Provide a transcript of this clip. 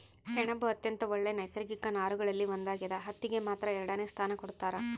ಸೆಣಬು ಅತ್ಯಂತ ಒಳ್ಳೆ ನೈಸರ್ಗಿಕ ನಾರುಗಳಲ್ಲಿ ಒಂದಾಗ್ಯದ ಹತ್ತಿಗೆ ಮಾತ್ರ ಎರಡನೆ ಸ್ಥಾನ ಕೊಡ್ತಾರ